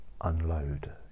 unload